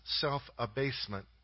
self-abasement